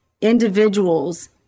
individuals